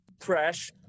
trash